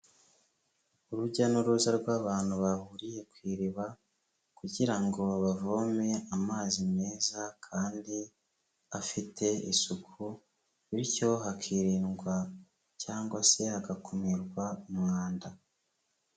Urujya n'uruza rw'abantu bahuriye ku iriba kugira ngo bavome amazi meza kandi afite isuku, bityo hakirindwa cyangwa se hagakumirwa umwanda.